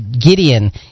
Gideon